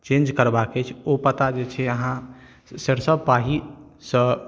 change करबाके अछि ओ पता जे छै अहाँ सरिसो पाहीसँ